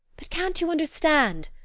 but can't you understand?